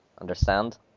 Understand